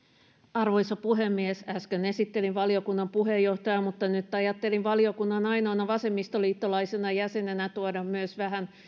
arvoisa puhemies äsken esittelin valiokunnan puheenjohtajana mutta nyt ajattelin valiokunnan ainoana vasemmistoliittolaisena jäsenenä tuoda vielä myös vähän